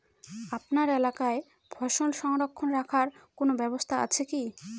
আপনার এলাকায় ফসল সংরক্ষণ রাখার কোন ব্যাবস্থা আছে কি?